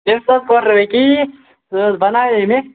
تٔمِس حظ کوٚر نہٕ وۅںۍ کِہیٖنٛۍ سُہ حظ بَنایے مےٚ